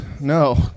No